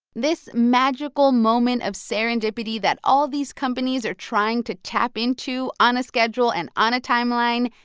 this magical moment of serendipity that all these companies are trying to tap into on a schedule and on a timeline,